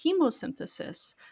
chemosynthesis